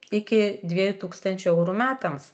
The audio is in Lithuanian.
iki dviejų tūkstančių eurų metams